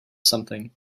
something